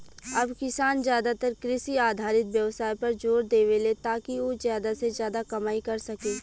अब किसान ज्यादातर कृषि आधारित व्यवसाय पर जोर देवेले, ताकि उ ज्यादा से ज्यादा कमाई कर सके